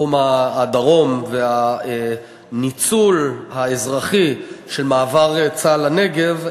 תחום הדרום והניצול האזרחי של מעבר צה"ל לנגב.